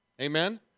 Amen